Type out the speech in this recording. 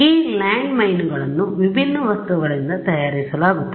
ಈ ಲ್ಯಾಂಡ್ಮೈನ್ಗಳನ್ನು ವಿಭಿನ್ನ ವಸ್ತುಗಳಿಂದ ತಯಾರಿಸಲಾಗುತ್ತದೆ